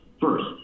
First